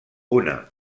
una